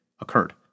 occurred